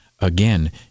again